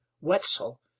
wetzel